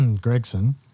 Gregson